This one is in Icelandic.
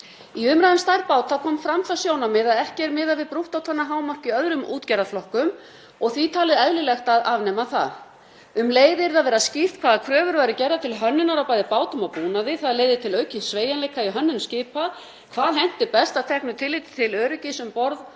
Í umræðu um stærð báta kom fram það sjónarmið að ekki væri miðað við brúttótonnahámark í öðrum útgerðarflokkum og því talið eðlilegt að afnema það. Um leið yrði að vera skýrt hvaða kröfur væru gerðar til hönnunar á bæði bátum og búnaði. Það leiði til aukins sveigjanleika í hönnun skipa, hvað henti best að teknu tilliti til öryggis um borð